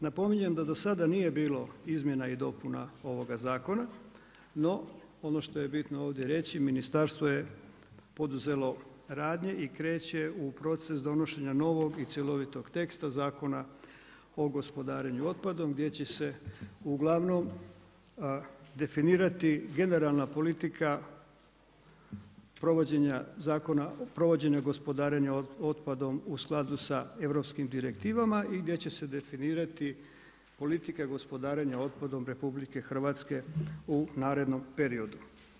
Napominjem da do sada nije bilo izmjena i dopuna ovoga zakona no ono što je bitno ovdje reći ministarstvo je poduzelo radnje i kreće u proces donošenja novog i cjelovitog teksta Zakona o gospodarenju otpadom gdje će se uglavnom definirati generalna politika provođenja gospodarenja otpadom u skladu sa europskim direktivama i gdje će se definirati politika gospodarenja otpadom RH u narednom periodu.